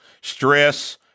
Stress